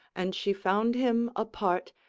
and she found him apart,